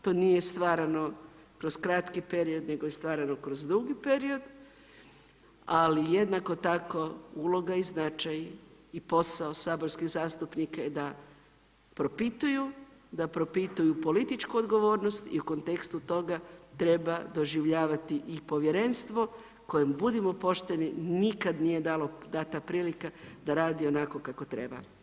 To nije stvarano kroz kratki period, nego je stvarano kroz dugi period, ali jednako tako uloga i značaj i posao saborskih zastupnika je da propituju, da propituju političku odgovornost i u kontekstu toga treba doživljavati i povjerenstvo kojem, budimo pošteni nikada nije dana prilika da radi onako kako treba.